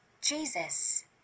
Jesus